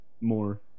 more